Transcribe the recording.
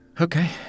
Okay